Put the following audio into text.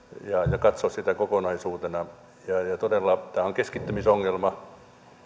ja katsoa sitä kokonaisuutena ja ja todella tämä on keskittymisongelma